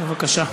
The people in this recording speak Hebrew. בבקשה.